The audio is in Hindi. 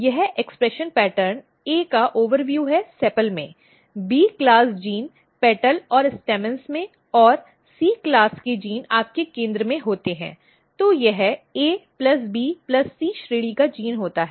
यह अभिव्यक्ति पैटर्न A का अवलोकन है सेपल में B श्रेणी के जीन पंखुड़ियों और पुंकेसर में और सी श्रेणी के जीन आपके केंद्र में होते हैं तो यह A plus B plus C श्रेणी का जीन होता है